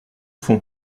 fond